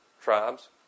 tribes